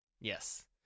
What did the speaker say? Yes